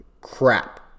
crap